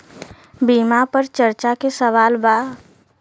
बीमा पर चर्चा के सवाल बा?